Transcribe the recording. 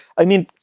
i mean,